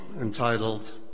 entitled